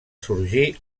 sorgir